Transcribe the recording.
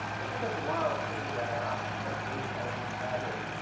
it took us a while to figure that out, what recharges the battery.